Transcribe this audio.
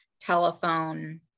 telephone